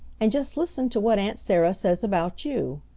and just listen to what aunt sarah says about you,